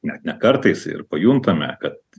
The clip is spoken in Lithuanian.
net ne kartais ir pajuntame kad